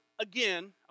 again